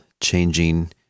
changing